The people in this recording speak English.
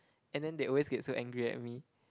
and then they always get so angry at me